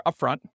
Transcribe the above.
upfront